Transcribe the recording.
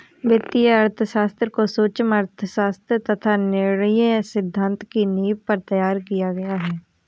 वित्तीय अर्थशास्त्र को सूक्ष्म अर्थशास्त्र तथा निर्णय सिद्धांत की नींव पर तैयार किया गया है